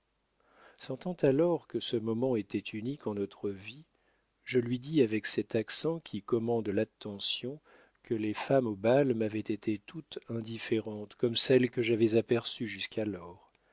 sentant alors que ce moment était unique en notre vie je lui dis avec cet accent qui commande l'attention que les femmes au bal m'avaient été toutes indifférentes comme celles que j'avais aperçues jusqu'alors